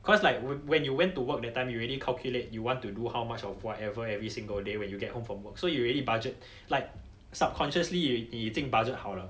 'cause like when when you went to work that time you already calculate you want to do how much of whatever every single day when you get home from work so you already budget like subconsciously you 你已经 budget 好了